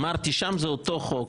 אמרתי: שם זה אותו חוק,